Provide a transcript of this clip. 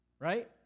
right